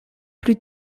plus